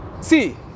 See